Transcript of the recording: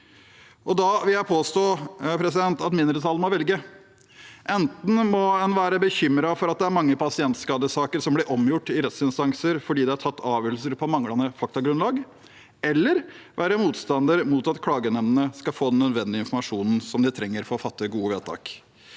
Jeg vil påstå at mindretallet må velge: Enten må man være bekymret for at det er mange pasientskadesaker som blir omgjort i rettsinstanser fordi det er tatt avgjørelser på manglende faktagrunnlag, eller være motstander mot at klagenemndene skal få den nødvendige informasjonen som de trenger for å fatte gode vedtak.